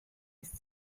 ist